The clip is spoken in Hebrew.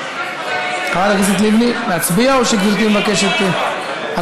חברת הכנסת לבני, להצביע או שגברתי מבקשת, להצביע.